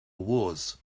wars